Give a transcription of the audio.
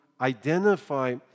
identify